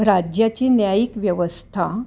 राज्याची न्यायिक व्यवस्था